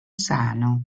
sano